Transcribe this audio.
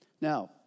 Now